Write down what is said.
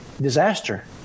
disaster